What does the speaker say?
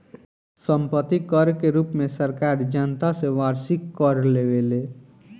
सम्पत्ति कर के रूप में सरकार जनता से वार्षिक कर लेवेले